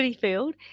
Field